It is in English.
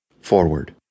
Forward